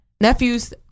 nephew's